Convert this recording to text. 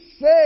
say